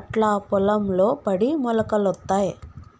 అట్లా పొలం లో పడి మొలకలొత్తయ్